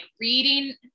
reading